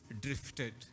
drifted